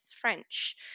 French